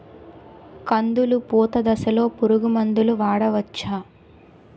కందులు పూత దశలో పురుగు మందులు వాడవచ్చా?